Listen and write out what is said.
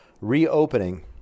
reopening